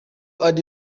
ari